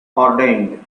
ordained